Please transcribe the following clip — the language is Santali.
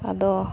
ᱟᱫᱚ